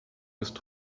ist